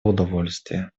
удовольствие